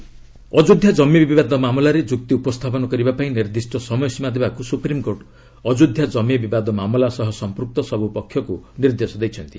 SC Ayodhya Ayodhya ଜମି ବିବାଦ ମାମଲାରେ ଯୁକ୍ତି ଉପସ୍ଥାପନ କରିବା ପାଇଁ ନିର୍ଦ୍ଦିଷ୍ଟ ସମୟସୀମା ଦେବାକୁ ସୁପ୍ରିମ୍କୋର୍ଟ ଅଯୋଧ୍ୟା ଜମିବିବାଦ ମାମଲା ସହ ସମ୍ପୁକ୍ତ ସବୁ ପକ୍ଷକୁ ନିର୍ଦ୍ଦେଶ ଦେଇଛନ୍ତି